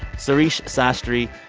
sarish sastry,